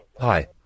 Hi